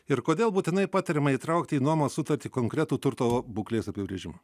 ir kodėl būtinai patariama įtraukti į nuomos sutartį konkretų turto būklės apibrėžimą